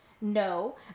No